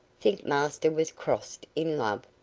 think master was crossed in love?